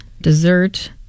dessert